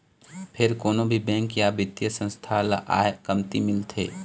फेर कोनो भी बेंक या बित्तीय संस्था ल आय कमती मिलथे